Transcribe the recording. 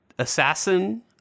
Assassin